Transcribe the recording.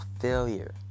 Failure